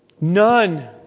None